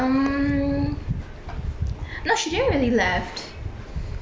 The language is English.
um no she didn't really left